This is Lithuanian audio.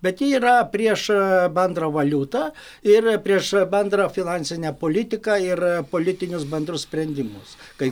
bet ji yra prieš bendrą valiutą ir prieš bendrą finansinę politiką ir politinius bendrus sprendimus kai